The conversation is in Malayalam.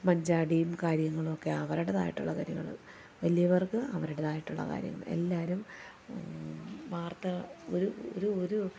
മഞ്ചാടിയും കാര്യങ്ങളുമൊക്കെ അവരുടേതായിട്ടുള്ള കാര്യങ്ങൾ വലിയവർക്ക് അവരുടേതായിട്ടുള്ള കാര്യങ്ങൾ എല്ലാവരും വാർത്ത ഒരു ഒരു ഒരു